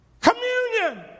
Communion